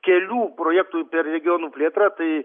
kelių projektų per regionų plėtrą tai